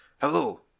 Hello